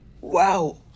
Wow